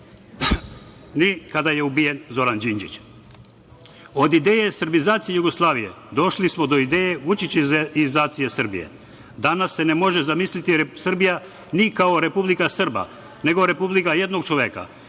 ni kada je ubijen Zoran Đinđić. Od ideje srbizacije Jugoslavije došli smo do ideje vučićevizacije Srbije. Danas se ne može zamisliti Srbija ni kao kao Republika Srba, nego republika jednog čoveka,